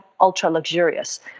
ultra-luxurious